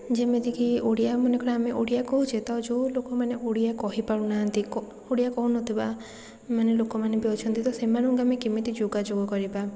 ଯେମିତିକି ମନେକର ଆମେ ଓଡ଼ିଆ କହୁଛେ ତ ଯେଉଁ ଲୋକମାନେ ଓଡ଼ିଆ କହି ପାରୁନାହାନ୍ତି କ ଓଡ଼ିଆ କହୁନଥିବା ମାନେ ଲୋକମାନେ ବି ଅଛନ୍ତି ତ ସେମାନଙ୍କୁ ଆମେ କେମିତି ଯୋଗାଯୋଗ କରିବା